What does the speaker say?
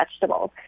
vegetables